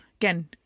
Again